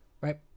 Right